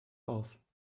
aus